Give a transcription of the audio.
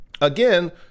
Again